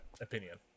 opinion